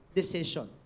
decision